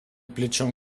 плечом